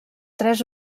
tres